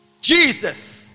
Jesus